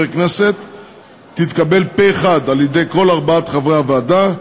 כנסת תתקבל פה-אחד על-ידי כל ארבעת חברי הוועדה,